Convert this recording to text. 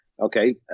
okay